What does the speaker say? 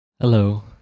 hello